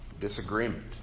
disagreement